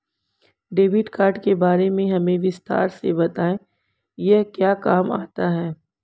Debit card के बारे में हमें विस्तार से बताएं यह क्या काम आता है?